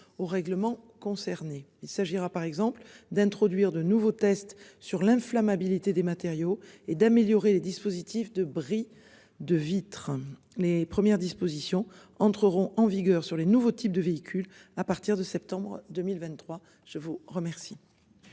au règlement concernés, il s'agira par exemple d'introduire de nouveaux tests sur l'inflammabilité des matériaux et d'améliorer les dispositifs de bris de vitres. Les premières dispositions entreront en vigueur sur les nouveaux types de véhicules à partir de septembre 2023. Je vous remercie.